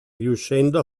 riuscendo